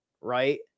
right